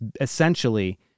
essentially